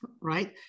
right